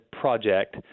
project